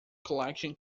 collection